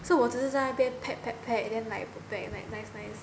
so 我只是在那边 pack pack pack then like pack like nice nice